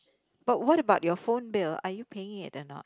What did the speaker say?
but what about your phone bill are you paying it a not